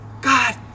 God